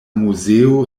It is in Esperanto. muzeo